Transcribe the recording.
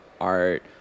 art